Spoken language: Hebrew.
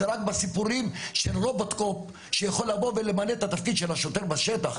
זה רק בסיפורים של רובוקופ שיכול לבוא ולמלא את התפקיד של השוטר בשטח.